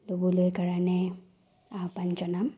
ল'বলৈ কাৰণে আহ্বান জনাম